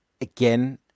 again